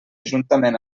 juntament